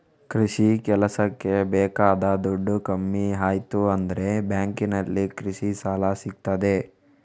ಕೃಷಿ ಕೆಲಸಕ್ಕೆ ಬೇಕಾದ ದುಡ್ಡು ಕಮ್ಮಿ ಆಯ್ತು ಅಂದ್ರೆ ಬ್ಯಾಂಕಿನಲ್ಲಿ ಕೃಷಿ ಸಾಲ ಸಿಗ್ತದೆ